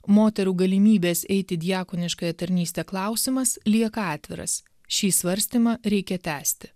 moterų galimybės eiti diakoniškąją tarnystę klausimas lieka atviras šį svarstymą reikia tęsti